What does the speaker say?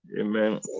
Amen